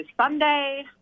Sunday